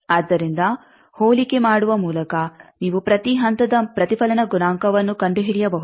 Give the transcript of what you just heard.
ಆದ್ದರಿಂದ ಹೋಲಿಕೆ ಮಾಡುವ ಮೂಲಕ ನೀವು ಪ್ರತಿ ಹಂತದ ಪ್ರತಿಫಲನ ಗುಣಾಂಕವನ್ನು ಕಂಡುಹಿಡಿಯಬಹುದು